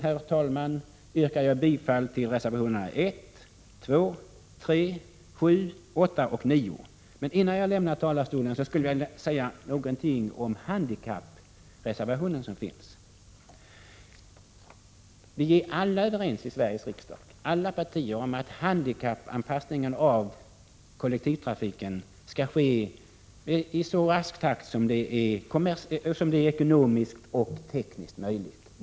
Herr talman! Nu yrkar jag bifall till reservationerna 1, 2,3, 7, 8 och 9. Men innan jag lämnar talarstolen skulle jag vilja säga någonting om den handikappreservation som finns. Alla partier i Sveriges riksdag är överens om att handikappanpassningen av kollektivtrafiken skall ske i så rask takt som det är ekonomiskt och tekniskt möjligt.